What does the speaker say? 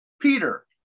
Peter